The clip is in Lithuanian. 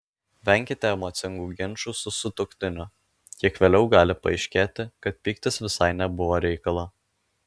venkite emocingų ginčų su sutuoktiniu kiek vėliau gali paaiškėti kad pyktis visai nebuvo reikalo